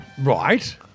Right